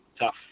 tough